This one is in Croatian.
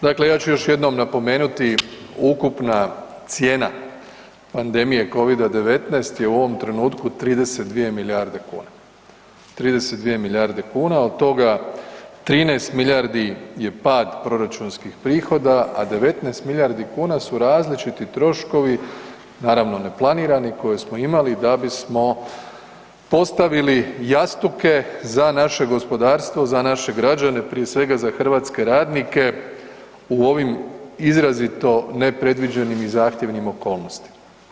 Dakle, ja ću još jednom napomenuti, ukupna cijena pandemije Covid-19 je u ovom trenutku 32 milijarde kuna, 32 milijarde kuna, od toga 13 milijardi je pad proračunskih prihoda, a 19 milijardi kuna su različiti troškovi naravno neplanirani koje smo imali da bismo postavili jastuke za naše gospodarstvo, za naše građane, prije svega za hrvatske radnike u ovim izrazito nepredviđenim i zahtjevnim okolnostima.